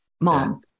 mom